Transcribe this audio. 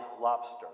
lobster